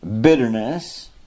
Bitterness